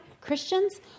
Christians